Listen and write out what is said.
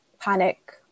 panic